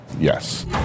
Yes